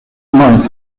months